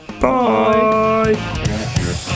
Bye